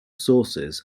sources